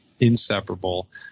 inseparable